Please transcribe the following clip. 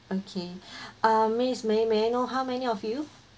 okay uh miss may may I know how many of you